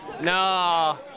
No